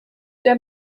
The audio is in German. der